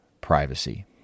privacy